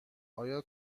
آیا